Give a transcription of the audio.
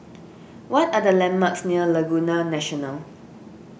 what are the landmarks near Laguna National